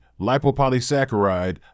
lipopolysaccharide